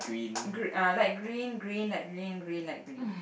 gr~ uh light green green light green green light green